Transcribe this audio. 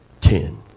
ten